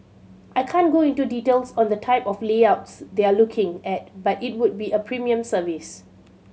I can't go into details on the type of layouts they're looking at but it would be a premium service